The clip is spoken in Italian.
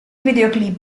videoclip